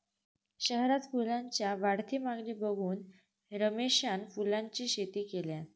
शहरात फुलांच्या वाढती मागणी बघून रमेशान फुलांची शेती केल्यान